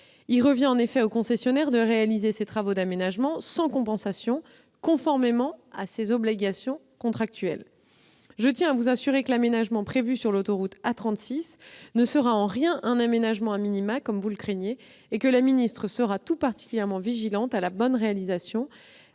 Il revient en effet au concessionnaire de réaliser ces travaux d'aménagement sans compensation, conformément à ses obligations contractuelles. Je tiens à vous assurer que l'aménagement prévu sur l'autoroute A36 ne sera en rien, comme vous le craignez, un aménagement, et que la ministre sera tout particulièrement vigilante à sa bonne réalisation